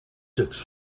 disks